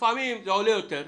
לפעמים זה עולה יותר.